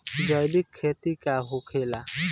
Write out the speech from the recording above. जैविक खेती का होखेला?